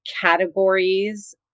categories